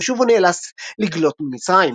ושוב הוא נאלץ לגלות ממצרים.